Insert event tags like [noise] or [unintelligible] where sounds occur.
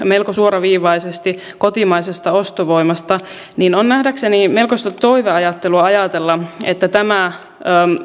[unintelligible] melko suoraviivaisesti kotimaisesta ostovoimasta niin on nähdäkseni melkoista toiveajattelua ajatella että tämä